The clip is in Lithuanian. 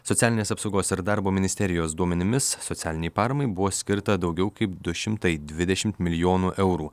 socialinės apsaugos ir darbo ministerijos duomenimis socialinei paramai buvo skirta daugiau kaip du šimtai dvidešimt milijonų eurų